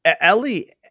Ellie